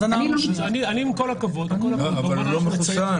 אבל הוא לא מחוסן.